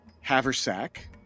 haversack